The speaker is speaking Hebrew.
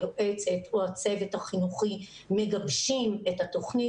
היועצת או הצוות החינוכי מגבשים את התוכנית,